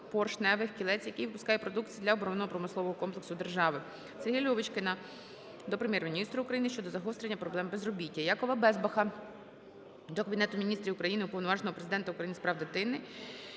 поршневих кілець", який випускає продукцію для оборонно-промислового комплексу держави. СергіяЛьовочкіна до Прем'єр-міністра України щодо загострення проблем безробіття. ЯковаБезбаха до Кабінету Міністрів України, Уповноваженого Президента України з прав дитини,